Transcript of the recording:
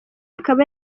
ikaba